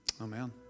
Amen